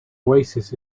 oasis